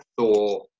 Thor